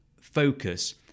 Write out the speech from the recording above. focus